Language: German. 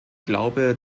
glaube